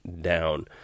down